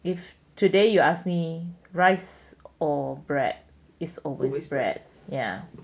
if today you ask me rice or bread is always bread ya